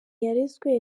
yarezwe